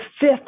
fifth